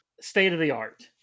State-of-the-art